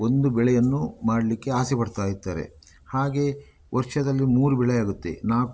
ಒಂದು ಬೆಳೆಯನ್ನು ಮಾಡಲಿಕ್ಕೆ ಆಸೆ ಪಡ್ತಾ ಇರ್ತಾರೆ ಹಾಗೆ ವರ್ಷದಲ್ಲಿ ಮೂರು ಬೆಳೆ ಆಗುತ್ತೆ ನಾಲ್ಕು